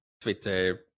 twitter